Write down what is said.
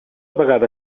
vegada